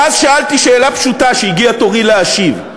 ואז שאלתי שאלה פשוטה כשהגיע תורי להשיב,